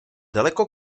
daleko